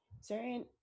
certain